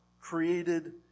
created